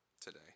today